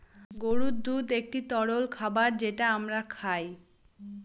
গরুর দুধ একটি তরল খাবার যেটা আমরা খায়